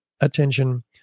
attention